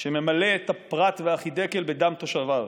שממלא את הפרת והחידקל בדם תושביו.